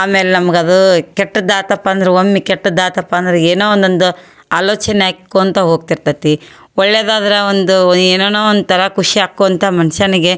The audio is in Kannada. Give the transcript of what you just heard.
ಆಮೇಲೆ ನಮ್ಗೆ ಅದು ಕೆಟ್ಟದ್ದು ಆತಪ್ಪ ಅಂದ್ರೆ ಒಮ್ಮೆ ಕೆಟ್ಟದ್ದು ಆತಪ್ಪ ಅಂದರೆ ಏನೋ ಒಂದೊಂದು ಆಲೋಚನೆ ಆಕ್ಕೊಂತ ಹೋಗ್ತಿರ್ತತಿ ಒಳ್ಳೇದು ಆದ್ರೆ ಒಂದು ಏನೇನೋ ಒಂಥರ ಖುಷಿ ಆಕ್ಕೊಳ್ತ ಮನುಷ್ಯನಿಗೆ